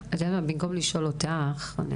במקום לשאול אותך מה היית רוצה לשמוע,